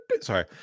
sorry